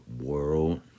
world